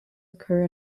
occur